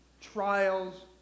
trials